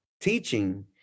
teaching